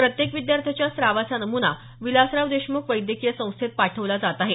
प्रत्येक विद्यार्थ्यांच्या स्रावांचा नमुना विलासराव देशमुख वैद्यकीय संस्थेत पाठवला जात आहे